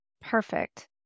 perfect